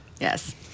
Yes